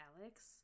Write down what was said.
Alex